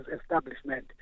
establishment